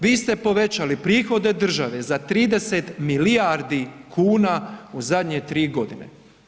Vi ste povećali prihode države za 30 milijardi kuna u zadnje tri godine.